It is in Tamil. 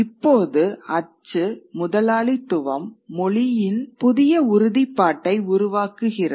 இப்போது அச்சு முதலாளித்துவம் மொழியின் புதிய உறுதிப்பாட்டை உருவாக்குகிறது